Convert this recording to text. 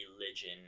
religion